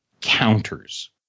counters